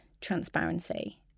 transparency